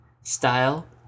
style